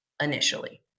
initially